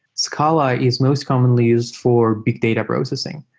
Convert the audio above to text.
scala is most commonly used for big data processing,